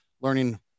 learning